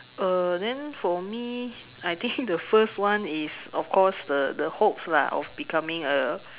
uh then for me I think the first one is of course the the hopes lah of becoming a